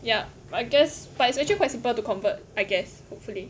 yeah I guess but it's actually quite simple to convert I guess hopefully